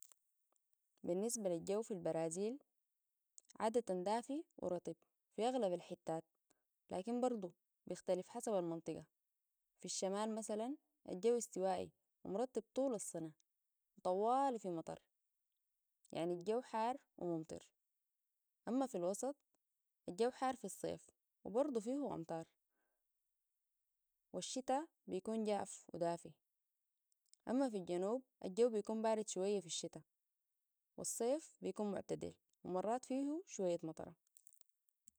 بالنسبة للجو في البرازيل عادة دافي ورطب في أغلب الحتات لكن برضو بيختلف حسب المنطقة في الشمال مثلا الجو استوائي ومرطب طول السنه وطوالي في مطر يعني الجو حار وممطر أما في الوسط الجو حار في الصيف وبرضو فيه أمطار والشتاء بيكون جاف ودافي أما في الجنوب الجو بيكون بارد شوية في الشتاء والصيف بيكون معتدل ومرات فيه شوية مطرة.